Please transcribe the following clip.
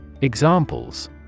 Examples